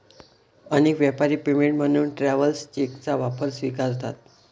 अनेक व्यापारी पेमेंट म्हणून ट्रॅव्हलर्स चेकचा वापर स्वीकारतात